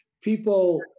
people